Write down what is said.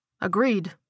Agreed